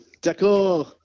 D'accord